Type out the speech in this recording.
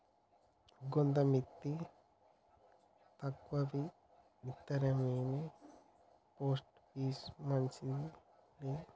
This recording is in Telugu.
గోంత మిత్తి తక్కువిత్తరేమొగాని పోస్టాపీసుని మించింది లేదు